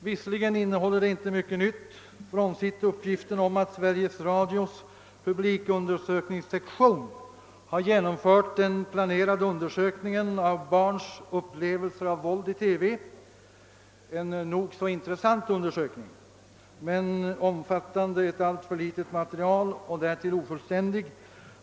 Visserligen innehåller detta svar inte mycket nytt frånsett uppgiften om att Sveriges Radios publikundersökningssektion har genomfört den planerade undersökningen av hur barn upplever våld i TV. Denna undersökning är nog så intressant, men den omfattar ett alltför litet material och är därtill ofullständig.